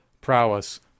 prowess